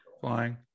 flying